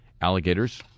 alligators